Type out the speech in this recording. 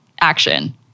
action